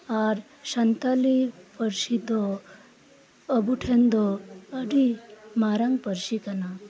ᱟᱨ ᱥᱟᱱᱛᱟᱞᱤ ᱯᱟᱨᱥᱤ ᱫᱚ ᱟᱵᱚ ᱴᱷᱮᱱ ᱫᱚ ᱟᱰᱤ ᱢᱟᱨᱟᱝ ᱯᱟᱨᱥᱤ ᱠᱟᱱᱟ